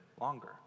longer